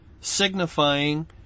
signifying